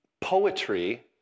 Poetry